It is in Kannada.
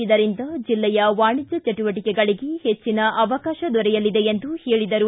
ಇದರಿಂದ ಜಿಲ್ಲೆಯ ವಾಣಿಜ್ಞ ಚಟುವಟಕೆಗಳಿಗೆ ಹೆಚ್ಚಿನ ಅವಕಾಶ ದೊರೆಯಲಿದೆ ಎಂದರು